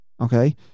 Okay